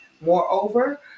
Moreover